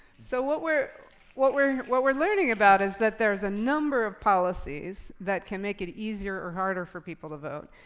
so what we're what we're what we're learning about is that there is a number of policies that can make it easier or harder for people to vote.